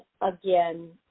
again